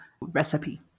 recipe